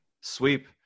sweep